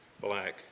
black